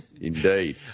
Indeed